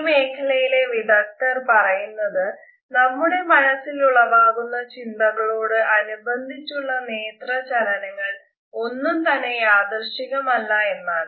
ഈ മേഖലയിലെ വിദഗ്ധർ പറയുന്നത് നമ്മുട മനസിലുളവാകുന്ന ചിന്തകളോട് അനുബന്ധിച്ചുള്ള നേത്ര ചലനങ്ങൾ ഒന്നും തന്നെ യാദൃശ്ചികമല്ല എന്നാണ്